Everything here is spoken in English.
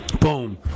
Boom